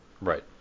Right